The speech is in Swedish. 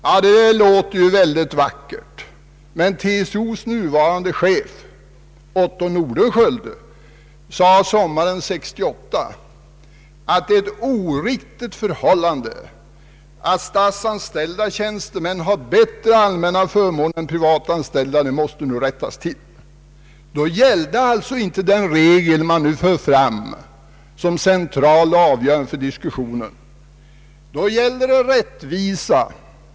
Ja, detta låter mycket vackert, men TCO:s nuvarande chef Otto Nordenskiöld sade sommaren 1968 att det är oriktigt att statsanställda tjänstemän har bättre allmänna förmåner än privatanställda och att detta måste rättas till. Då gällde alltså inte det som nu förts fram såsom avgörande för diskussionen, utan då gällde det rättvisa.